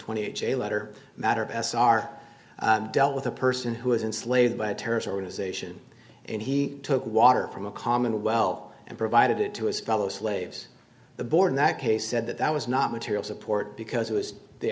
twenty a j letter matter s are dealt with a person who is in slaves by a terrorist organization and he took water from a common well and provided it to his fellow slaves the board in that case said that that was not material support because it was the